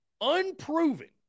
Unproven